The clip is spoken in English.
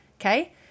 Okay